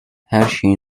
herşeyin